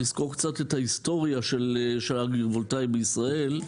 לסקור קצת את ההיסטריה של האגרי-וולטאי בישראל.